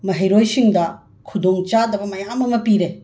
ꯃꯍꯩꯔꯣꯏꯁꯤꯡꯗ ꯈꯨꯗꯣꯡꯆꯥꯗꯕ ꯃꯌꯥꯝ ꯑꯃ ꯄꯤꯔꯦ